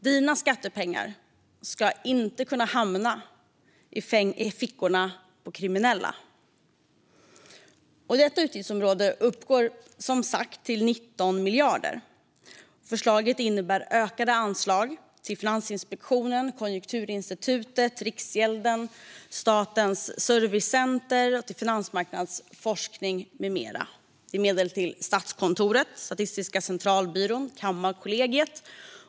Dina skattepengar ska inte kunna hamna i fickorna på kriminella. Detta utgiftsområde uppgår som sagt till 19 miljarder. Förslaget innebär ökade anslag till Finansinspektionen, Konjunkturinstitutet, Riksgälden och Statens servicecenter samt till finansmarknadsforskning med mera. Det är medel till Statskontoret, Statistiska centralbyrån och Kammarkollegiet.